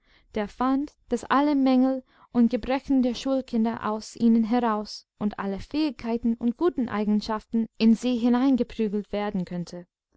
der fand daß alle mängel und gebrechen der schulkinder aus ihnen heraus und alle fähigkeiten und guten eigenschaften in sie hineingeprügelt werden könnten